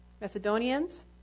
Macedonians